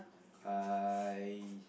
I